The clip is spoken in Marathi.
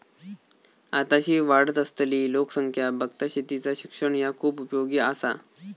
आताशी वाढत असलली लोकसंख्या बघता शेतीचा शिक्षण ह्या खूप उपयोगी आसा